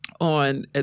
on